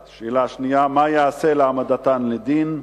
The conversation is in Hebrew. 2. מה ייעשה להעמדתם לדין?